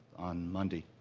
on monday.